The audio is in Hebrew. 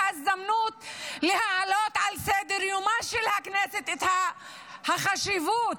ההזדמנות להעלות על סדר-יומה של הכנסת את החשיבות,